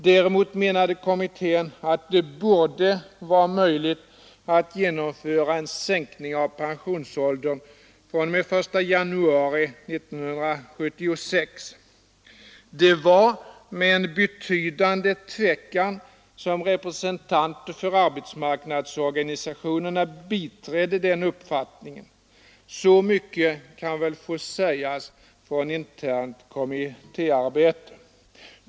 Däremot menade kommittén att det borde vara möjligt att genomföra en sänkning av pensionsåldern fr.o.m. den 1 januari 1976. Det var med betydande tvekan som representanter för arbetsmarknadsorganisationerna biträdde den uppfattningen — så mycket kan väl få sägas från internt kommittéarbete.